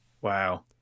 wow